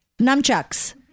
nunchucks